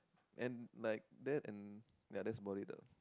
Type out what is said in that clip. and like that and ya that's about it ah